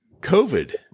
covid